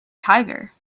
tiger